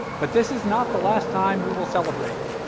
but this is not the last time we will celebrate.